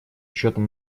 учетом